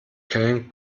köln